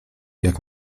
jak